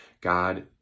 God